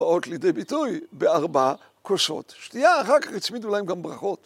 באות לידי ביטוי בארבע כוסות שתייה. אחר כך הצמידו להם גם ברכות.